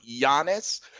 Giannis